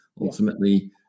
ultimately